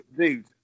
dude